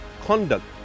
conduct